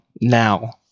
now